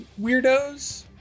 weirdos